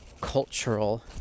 cultural